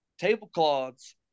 tablecloths